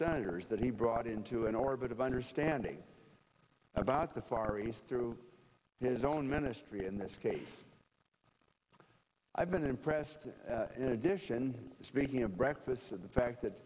senators that he brought into an orbit of understanding about the far east through his own ministry in this case i've been impressed in addition speaking of breakfast and the fact that